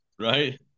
Right